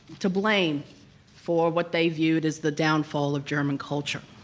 to blame for what they viewed as the downfall of german culture.